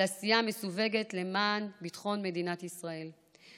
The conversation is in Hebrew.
על עשייה מסווגת למען ביטחון מדינת ישראל,